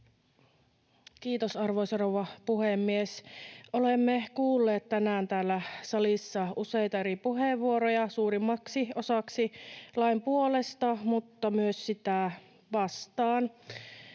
Kiitos, arvoisa rouva puhemies! Olemme kuulleet tänään täällä salissa useita eri puheenvuoroja, suurimmaksi osaksi lain puolesta mutta myös sitä vastaan.